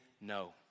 no